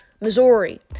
Missouri